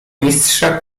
mistrza